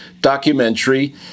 documentary